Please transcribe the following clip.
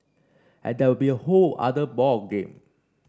and that will be a whole other ball game